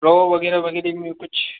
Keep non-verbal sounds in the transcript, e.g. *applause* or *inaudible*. *unintelligible* वगैरह वगैरी में कुछ